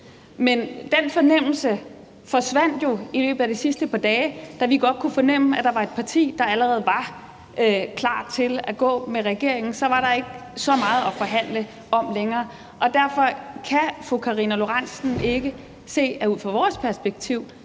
Men den fornemmelse forsvandt jo i løbet af de sidste par dage, da vi godt kunne fornemme, at der var et parti, der allerede var klar til at gå med regeringen, og at så var der ikke så meget at forhandle om længere. Derfor: Kan fru Karina Lorentzen Dehnhardt ikke se, at der ud fra vores perspektiv